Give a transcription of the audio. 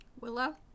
Willow